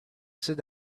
sit